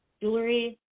Jewelry